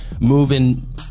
moving